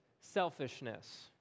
selfishness